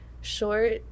short